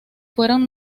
fueron